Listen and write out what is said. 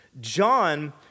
John